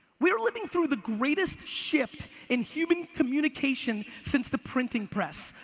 we're living through the greatest shift in human communication since the printing press.